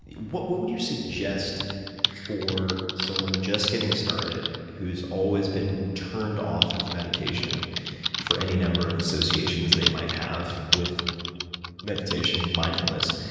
what what would you suggest for someone who's just getting started who's always been turned off of meditation for any number of associations they might have with meditation, mindfulness?